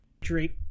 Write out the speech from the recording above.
drink